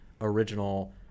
original